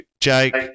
Jake